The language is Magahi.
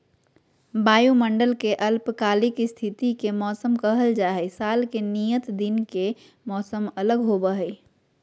वायुमंडल के अल्पकालिक स्थिति के मौसम कहल जा हई, साल के नियत दिन के मौसम अलग होव हई